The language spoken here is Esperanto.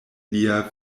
lia